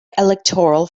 electoral